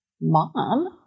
mom